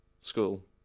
school